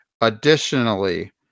Additionally